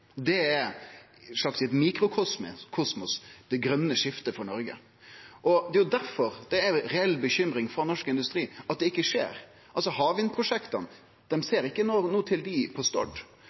Det er eit slags mikrokosmos, det grøne skiftet for Noreg. Det er difor det er ei reell bekymring for norsk industri at det ikkje skjer. Ta havvindprosjekta – dei ser ikkje noko til dei på